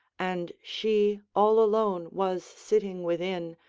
and she all alone was sitting within,